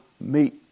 meet